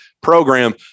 program